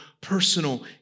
personal